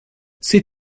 c’est